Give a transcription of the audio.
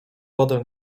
wodę